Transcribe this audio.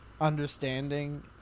understanding